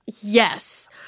yes